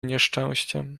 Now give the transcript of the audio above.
nieszczęściem